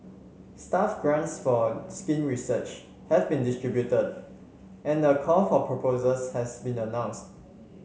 staff grants for skin research have been distributed and a call for proposals has been announced